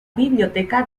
biblioteca